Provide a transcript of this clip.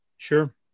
Sure